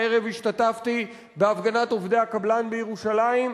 הערב השתתפתי בהפגנת עובדי הקבלן בירושלים,